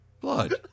Blood